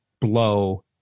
blow